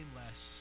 less